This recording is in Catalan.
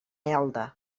elda